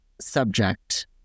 subject